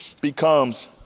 becomes